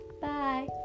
bye